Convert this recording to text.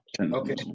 Okay